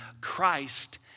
Christ